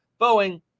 Boeing